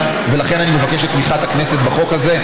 לכן, אני מבקש את תמיכת הכנסת בחוק הזה,